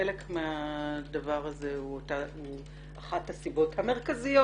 חלק מהדבר הזה הוא אחת הסיבות המרכזיות,